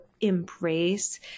embrace